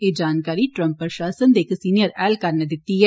एह् जानकारी ट्रम्प प्रशासन दे इक सिनियर ऐहलकार नै दिती ऐ